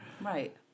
Right